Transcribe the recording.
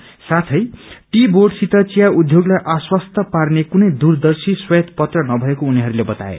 यसको साथै टी बोर्डसित षिया उद्योगलाई आश्वस्त पार्ने कुनै दूरदश्री श्वेत पत्र नभएको उनीहरूले कताए